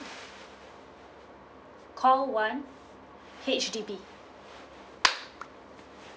call one H_D_B